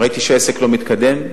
ראיתי שהעסק לא מתקדם,